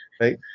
right